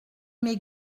mes